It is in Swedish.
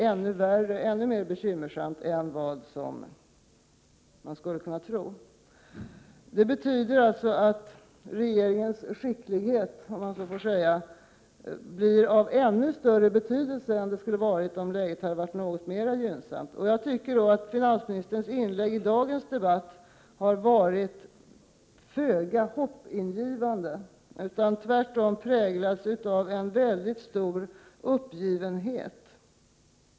ocg or är ännu mer bekymmersamt än vad man skulle kunna tro. Det betyder att regeringens skicklighet, om man så får säga, blir av ännu större betydelse än den skulle ha varit om läget hade varit gynnsammare. Jag tycker att finansministerns inlägg i dagens debatt har varit föga hoppingivande — tvärtom präglades det av en väldigt stor uppgivenhet.